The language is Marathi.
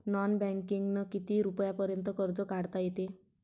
नॉन बँकिंगनं किती रुपयापर्यंत कर्ज काढता येते?